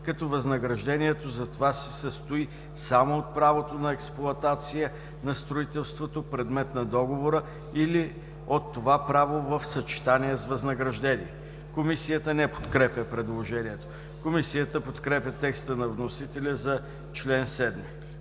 като възнаграждението за това се състои само от правото на експлоатация на строителството, предмет на договора, или от това право в съчетание с възнаграждение.“ Комисията не подкрепя предложението. Комисията подкрепя текста на вносителя за чл. 7.